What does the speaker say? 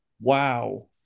wow